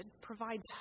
provides